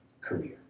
career